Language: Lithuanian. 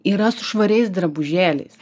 yra su švariais drabužėliais